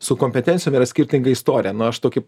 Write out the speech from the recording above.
su kompetencijom yra skirtinga istorija na aš tokį